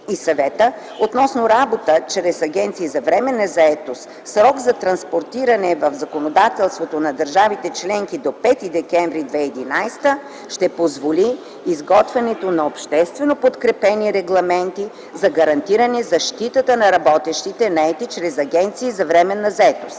и Съвета относно работа чрез агенции за временна заетост срок за транспониране в законодателството на държавите-членки до 5 декември 2011 г. ще позволи изготвянето на обществено подкрепени регламенти за гарантиране защитата на работещите, наети чрез агенции за временна заетост.